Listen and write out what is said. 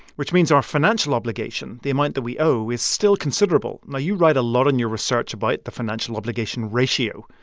which means our financial obligation the amount that we owe is still considerable. now, you write a lot in your research about the financial obligation ratio.